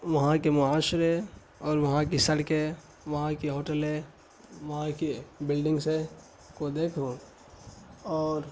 وہاں کے معاشرے اور وہاں کی سڑکیں وہاں کی ہوٹلیں وہاں کی بلڈنگسیں کو دیکھوں اور